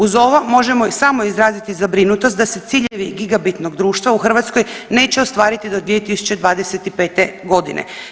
Uz ovo možemo i samo izraziti zabrinutost da se ciljevi gigabitnog društva u Hrvatskoj neće ostvariti do 2025.g.